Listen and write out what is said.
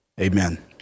Amen